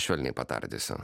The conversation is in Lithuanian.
švelniai patardysiu